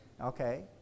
Okay